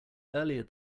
earlier